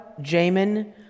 Jamin